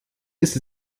ist